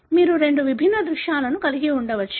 మీరు రెండు విభిన్న దృశ్యాలను కలిగి ఉండవచ్చు